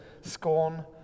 scorn